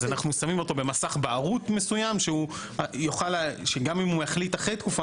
אז אנחנו שמים אותו במסך בערות מסוים שגם אם הוא יחליט אחרי תקופה